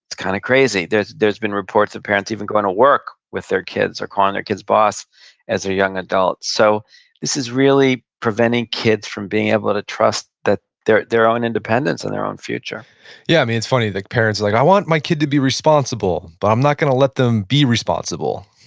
it's kinda kind of crazy. there's there's been reports of parents even going to work with their kids, or calling their kid's boss as a young adult. so this is really preventing kids from being able to trust their their own independence and their own future yeah. i mean, it's funny. the parents are like, i want my kid to be responsible, but i'm not gonna let them be responsible.